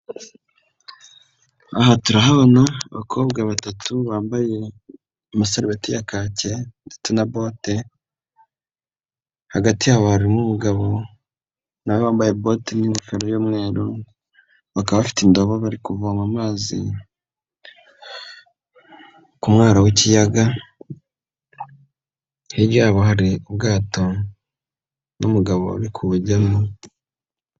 Aha turahabona abakobwa batatu bambaye amaserubeti ya kake ndetse na bote, hagati yabo harimo umugabo nawe wambaye bote n'ingofero y'umweru, bakaba bafite indobo bari kuvoma amazi ku mwaro w'ikiyaga, hirya yabo hari ubwato n'umugabo uri kubujyamo.